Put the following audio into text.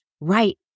right